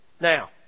Now